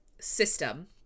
system